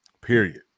period